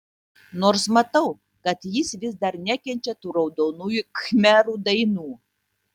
nors matau kad jis vis dar nekenčia tų raudonųjų khmerų dainų